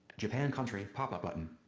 japan country pop up button.